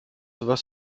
was